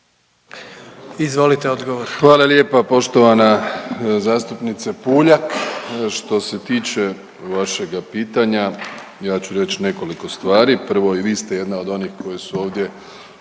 Andrej (HDZ)** Hvala lijepa poštovana zastupnice Puljak. Što se tiče vašega pitanja ja ću reći nekoliko stvari. Prvo i vi ste jedna od onih koje su ovdje